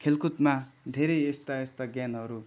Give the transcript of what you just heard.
खेलकुदमा धेरै यस्ता यस्ता ज्ञानहरू